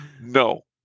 no